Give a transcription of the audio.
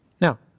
Now